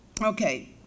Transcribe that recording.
Okay